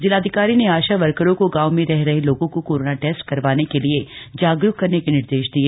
जिलाधिकारी ने आशा वर्करों को गांव में रह रहे लोगों को कोरोना टेस्ट करवाने के लिए जागरुक करने के निर्देश दिए